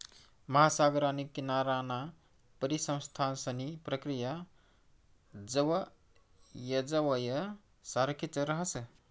महासागर आणि किनाराना परिसंस्थांसनी प्रक्रिया जवयजवय सारखीच राहस